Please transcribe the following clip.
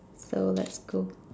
so let's go